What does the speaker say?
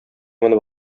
менеп